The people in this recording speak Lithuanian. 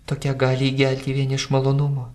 tokia gali įgelti vien iš malonumo